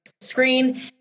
screen